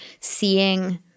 seeing